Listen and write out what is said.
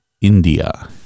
India